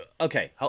okay